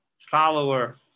follower